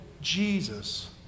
Jesus